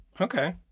Okay